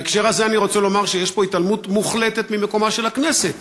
בהקשר הזה אני רוצה לומר שיש פה התעלמות מוחלטת ממקומה של הכנסת.